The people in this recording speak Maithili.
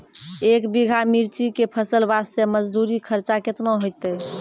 एक बीघा मिर्ची के फसल वास्ते मजदूरी खर्चा केतना होइते?